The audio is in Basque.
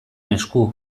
esku